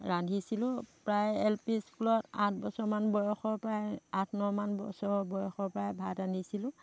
ৰান্ধিছিলোঁ প্ৰায় L P স্কুলত আঠ বছৰমান বয়সৰ পৰাই আঠ নমান বছৰ বয়সৰ পৰাই ভাত ৰান্ধিছিলোঁ